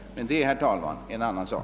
Men det är, herr talman, en annan sak.